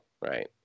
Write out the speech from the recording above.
right